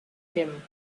him